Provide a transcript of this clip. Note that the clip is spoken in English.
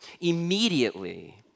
Immediately